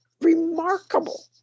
remarkable